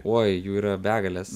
oj jų yra begalės